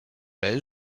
l’aise